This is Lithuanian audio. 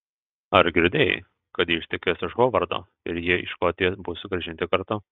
ar girdėjai kad ji ištekės už hovardo ir jie į škotiją bus sugrąžinti kartu